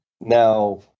Now